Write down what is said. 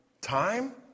Time